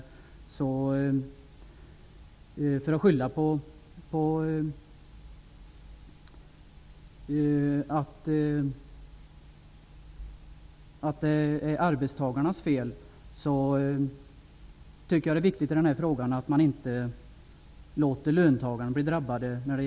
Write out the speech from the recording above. I stället för att säga att det är arbetstagarnas fel är det viktigt att i denna fråga inte låta löntagarna bli drabbade.